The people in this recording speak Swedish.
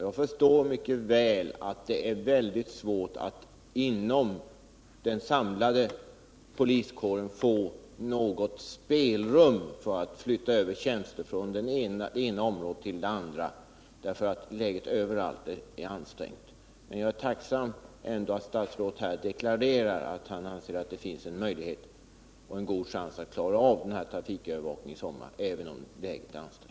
Jag förstår mycket väl att det är svårt att inom den samlade poliskåren få något spelrum för att flytta över tjänster från det ena området till det andra därför att läget överallt är ansträngt, men jag är ändå tacksam för att statsrådet deklarerar att han anser att det finns en god chans att klara upp trafikövervakningen i sommar även om läget är ansträngt.